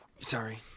Sorry